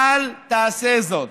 אל תעשה זאת.